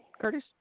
Curtis